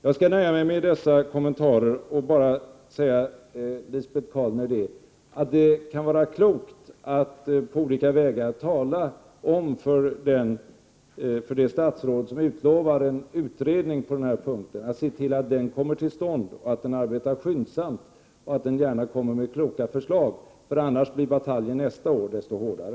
Jag skall nöja mig med dessa kommentarer och därutöver bara säga Lisbet Calner att det kan vara klokt att på olika vägar tala om för det statsråd som utlovar en utredning på den här punkten att det är viktigt att se till att den kommer till stånd, att den arbetar skyndsamt och gärna kommer med kloka förslag — annars blir bataljen nästa år desto hårdare!